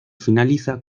finaliza